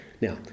Now